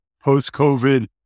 post-COVID